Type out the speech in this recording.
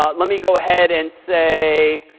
ah let me go ahead and say,